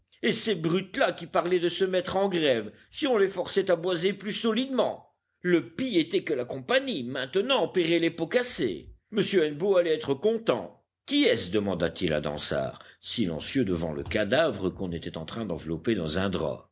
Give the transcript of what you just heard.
et ces brutes là qui parlaient de se mettre en grève si on les forçait à boiser plus solidement le pis était que la compagnie maintenant paierait les pots cassés m hennebeau allait être content qui est-ce demanda-t-il à dansaert silencieux devant le cadavre qu'on était en train d'envelopper dans un drap